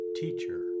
teacher